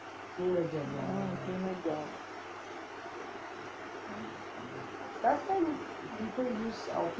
ah cleaner job